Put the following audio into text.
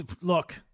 look